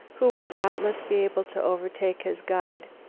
who would doubtless be able to overtake his guide,